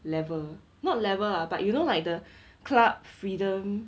level not level lah but you know like the club freedom